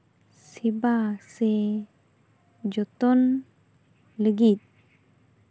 ᱥᱮᱵᱟ ᱥᱮ ᱡᱚᱛᱚᱱ ᱞᱟᱜᱤᱫ